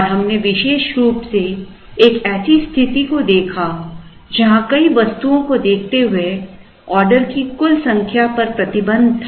और हमने विशेष रूप से एक ऐसी स्थिति को देखा जहां कई वस्तुओं को देखते हुए ऑर्डर की कुल संख्या पर प्रतिबंध था